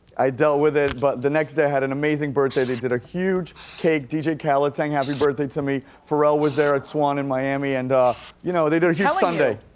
i dealt with it, but the next day, i had an amazing birthday. they did a huge cake, dj khaled sang happy birthday to me, farrell was there at swan in miami, and you know, they did a huge a sundae.